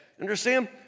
Understand